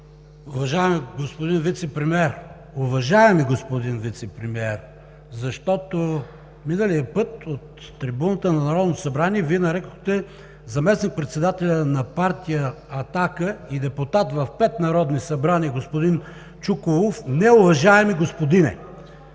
ува-жа-еми господин Вицепремиер! Защото миналия път от трибуната на Народното събрание Вие нарекохте заместник-председателя на партия „Атака“ и депутат в пет народни събрания господин Чуколов „неуважаеми господине“.